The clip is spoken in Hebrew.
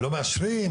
לא מאשרים,